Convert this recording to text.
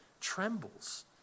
trembles